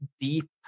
deep